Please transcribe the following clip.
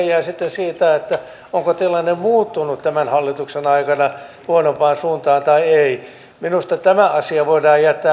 mutta sitten siitä että onko tilanne muuttunut tullaan siihen mikä täällä salissa on tänään ja tässä nyt noussut keskusteluun